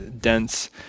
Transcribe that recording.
dense